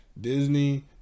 Disney